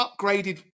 upgraded